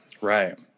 Right